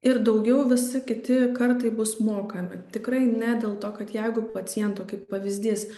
ir daugiau visi kiti kartai bus mokami tikrai ne dėl to kad jeigu paciento kaip pavyzdys